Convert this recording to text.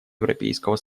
европейского